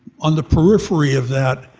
on the periphery of that,